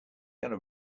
going